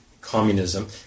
communism